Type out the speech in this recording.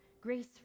Grace